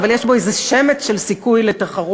אבל יש בו איזה שמץ של סיכוי לתחרות.